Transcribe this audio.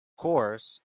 course